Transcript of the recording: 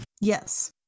Yes